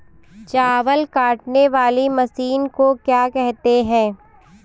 चावल काटने वाली मशीन को क्या कहते हैं?